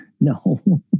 No